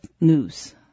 news